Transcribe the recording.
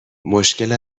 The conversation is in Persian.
مشکل